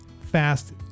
fast